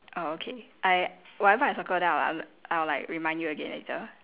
oh okay I whatever I circle then I'll I'll like remind you again later